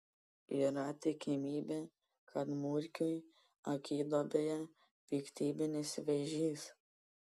yra tikimybė kad murkiui akiduobėje piktybinis vėžys